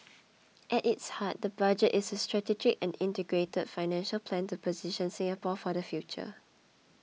at its heart the budget is a strategic and integrated financial plan to position Singapore for the future